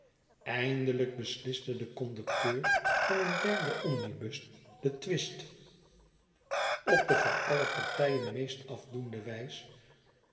eindelijk besliste de conducteur van een derden omnibus den twist op de voor alle partijen meest afdoende wijs